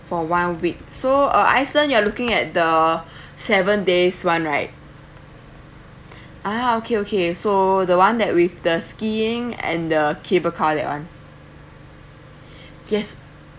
for one week so uh iceland you are looking at the seven days [one] right ah okay okay so the one that with the skiing and the cable car that [one] yes